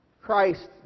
Christ